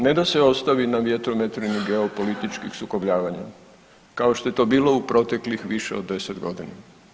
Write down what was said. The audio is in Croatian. Ne da se ostavi na vjetrometini geopolitičkih sukobljavanja, kao što je to bilo u proteklih više od 10 godina.